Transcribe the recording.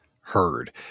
heard